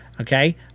Okay